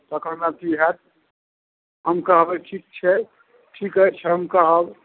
तकर बाद की होयत हम कहबै ठीक छै की ठीक अछि हम कहब